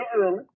early